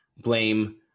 blame